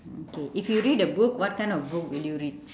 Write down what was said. mm okay if you read a book what kind of book will you read